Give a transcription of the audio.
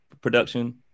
production